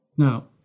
Now